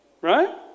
Right